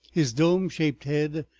his dome-shaped head,